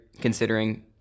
considering